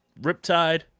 Riptide